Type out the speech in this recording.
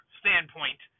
standpoint